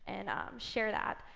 and share that.